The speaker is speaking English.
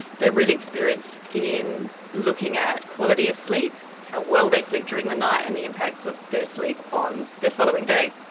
they are really experienced in looking at quality of sleep, how well they sleep during the night and the impacts of their sleep on their following day.